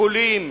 שיקולים